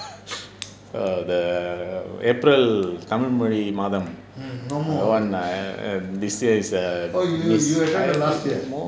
err the april மொழி மாதம்:mozhi maatham that [one] this year is a miss